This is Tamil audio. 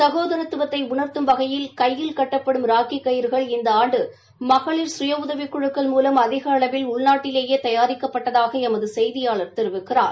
சகோதரத்துவத்தை உணர்த்தும் வகையில் கையில் கட்டப்படும் ராக்கி கபறுகள் இந்த ஆண்டு மகளிர் கய உதவிக் குழுக்கள் மூலம் அதிக அளவில் உள்நாட்டிலேயே தயாரிக்கப்பட்டதாக எமது செய்தியாளர் தெரிவிக்கிறார்